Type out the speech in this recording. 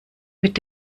mit